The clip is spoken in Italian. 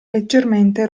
leggermente